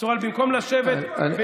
במקום לשבת ליד שולחן הממשלה.